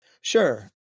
Sure